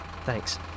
Thanks